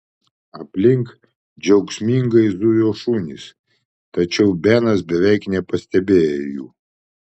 aplink džiaugsmingai zujo šunys tačiau benas beveik nepastebėjo jų